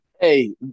Hey